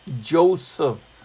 Joseph